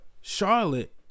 Charlotte